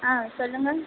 ஆ சொல்லுங்கள்